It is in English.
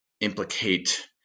implicate